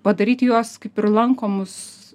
padaryti juos kaip ir lankomus